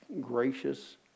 gracious